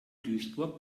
duisburg